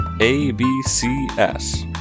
A-B-C-S